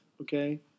okay